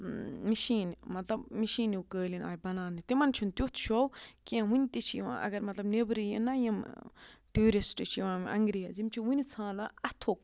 machine مطلب مِشیٖنیوٗ قٲلیٖن آیہِ بَناونہٕ تِمَن چھُنہٕ تیُتھ شو کینٛہہ وٕنہِ تہِ چھِ یِوان اَگر مطلب نٮ۪برٕ یِن نہ یِم ٹیوٗرِسٹ چھِ یِوان انٛگریز یِم چھِ وٕنہِ ژھانان اَتھُک